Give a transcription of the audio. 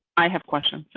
i have questions,